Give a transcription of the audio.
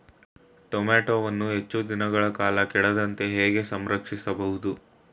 ಟೋಮ್ಯಾಟೋವನ್ನು ಹೆಚ್ಚು ದಿನಗಳ ಕಾಲ ಕೆಡದಂತೆ ಹೇಗೆ ಸಂರಕ್ಷಿಸಬಹುದು?